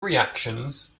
reactions